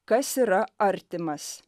kas yra artimas